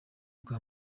rwa